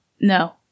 No